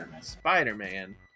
Spider-Man